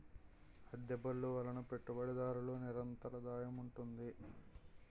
అద్దె బళ్ళు వలన పెట్టుబడిదారులకు నిరంతరాదాయం ఉంటుంది